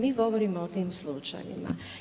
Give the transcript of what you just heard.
Mi govorimo o tim slučajevima.